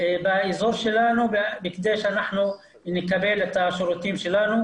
באזור שלנו, כדי שאנחנו נקבל את השירותים שלנו.